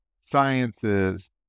sciences